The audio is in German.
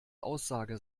aussage